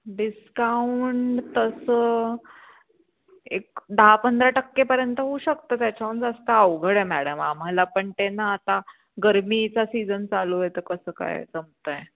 discount तसं एक दहा पंधरा टक्केपर्यंत होऊ शकतं त्याच्याहून जास्त अवघड आहे मॅडम आम्हाला पण ते ना आता गरमीचा सीझन चालू आहे तर कसं काय जमतं आहे